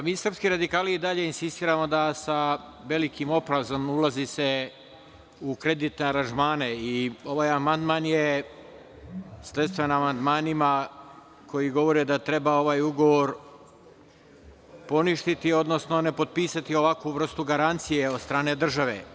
Mi, srpski radikali, i dalje insistiramo da sa velikim oprezom se ulazi u kreditne aranžmane i ovaj amandman je sledstven amandmanima koji govore da treba ovaj ugovor poništiti, odnosno ne potpisati ovakvu vrstu garancije od strane države.